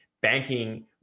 banking